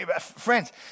friends